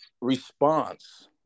response